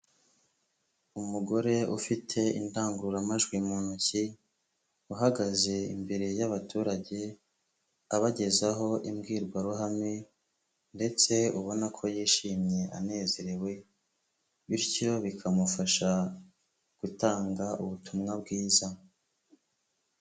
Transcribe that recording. Umugore ufite indangururamajwi mu ntoki uhagaze imbere y'abaturage, abagezaho imbwirwaruhame ndetse ubona ko yishimye anezerewe bityo bikamufasha gutanga ubutumwa bwiza.